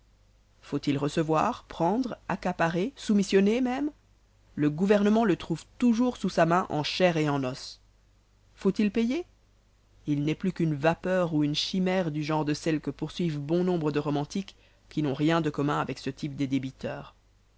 faut-il recevoir prendre accaparer soumissionner même le gouvernement le trouve toujours sous sa main en chair et en os faut-il payer il n'est plus qu'une vapeur ou une chimère du genre de celles que poursuivent bon nombre de romantiques qui n'ont rien de commun avec ce type des débiteurs